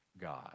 God